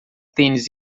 tênis